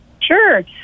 Sure